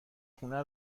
خونه